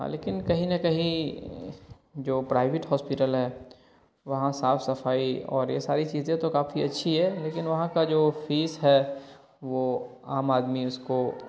ہاں لیکن کہیں نہ کہیں جو پرائیویٹ ہاسپیٹل ہے وہاں صاف صفائی اور یہ ساری چیزیں تو کافی اچھی ہے لیکن وہاں کا جو فیس ہے وہ عام آدمی اس کو